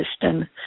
system